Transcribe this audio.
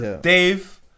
Dave